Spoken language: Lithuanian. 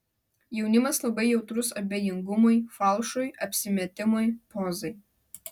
jaunimas labai jautrus abejingumui falšui apsimetimui pozai